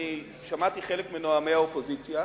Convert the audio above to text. אני שמעתי חלק מנואמי האופוזיציה.